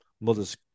mothers